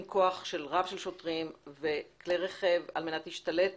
כוח רב של שוטרים וכלי רכב על מנת להשתלט